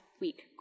week